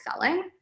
selling